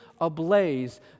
ablaze